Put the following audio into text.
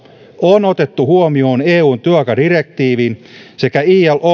on otettu huomioon eun työaikadirektiivi sekä ilon